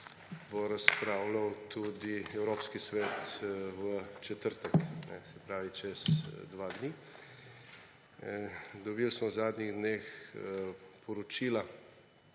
bo razpravljal tudi Evropski svet v četrtek, se pravi, čez dva dneva. Dobili smo v zadnjih dneh poročila